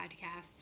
podcasts